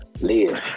Live